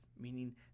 meaning